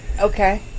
Okay